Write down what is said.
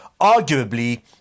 arguably